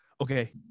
Okay